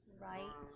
right